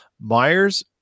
Myers